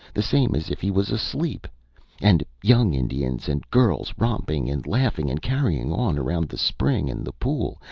the same as if he was asleep and young indians and girls romping and laughing and carrying on, around the spring and the pool,